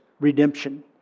redemption